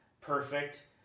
perfect